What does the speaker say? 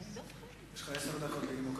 אדוני, יש לך עשר דקות לנימוק.